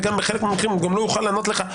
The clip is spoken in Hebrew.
וגם בחלק מהמקרים הוא גם לא יוכל לענות לך,